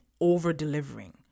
over-delivering